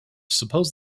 suppose